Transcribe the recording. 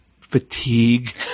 fatigue